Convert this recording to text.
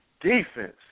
defense